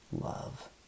love